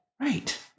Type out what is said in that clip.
Right